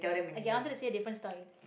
okay I wanted to say different story